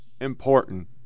important